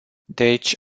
deci